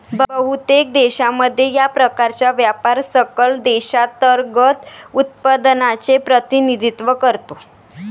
बहुतेक देशांमध्ये, या प्रकारचा व्यापार सकल देशांतर्गत उत्पादनाचे प्रतिनिधित्व करतो